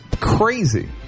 crazy